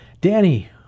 Danny